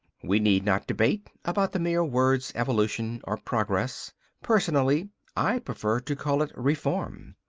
we need not debate about the mere words evolution or progress personally i prefer to call it reform.